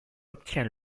obtient